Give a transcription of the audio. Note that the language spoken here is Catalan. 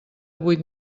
vuit